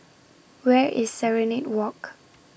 Where IS Serenade Walk